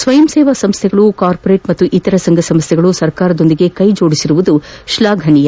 ಸ್ವಯಂ ಸೇವಾ ಸಂಸ್ಥೆಗಳು ಕಾರ್ಪೊರೇಟ್ ಮತ್ತು ಇತರ ಸಂಘಸಂಸ್ಥೆಗಳು ಸರ್ಕಾರದೊಂದಿಗೆ ಕೈಜೋಡಿಸಿರುವುದು ಶ್ಲಾಘನೀಯ